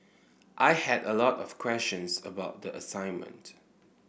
I had a lot of questions about the assignment